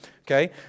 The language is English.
okay